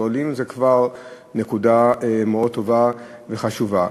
כשעולים זה כבר נקודה מאוד טובה וחשובה.